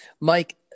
Mike